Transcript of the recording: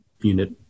Unit